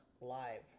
Live